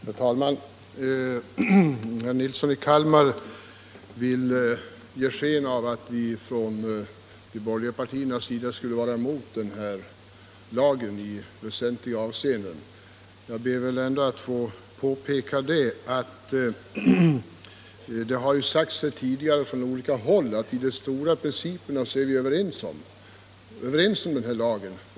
Herr talman! Herr Nilsson i Kalmar vill ge sken av att de borgerliga partierna i väsentliga avseenden skulle vara emot den här lagen. Jag ber att få påpeka, vilket sagts tidigare från olika håll, att i de stora principerna är vi överens.